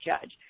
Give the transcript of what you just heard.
judge